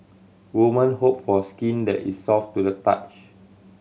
woman hope for skin that is soft to the touch